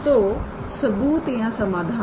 तोसबूत या समाधान